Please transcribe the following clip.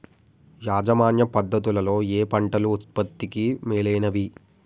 యాజమాన్య పద్ధతు లలో ఏయే పంటలు ఉత్పత్తికి మేలైనవి?